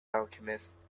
alchemist